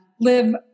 live